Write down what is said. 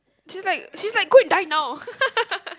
she's like she's like go and die now